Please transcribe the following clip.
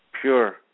pure